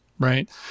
Right